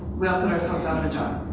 we all find ourselves out of a job.